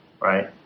right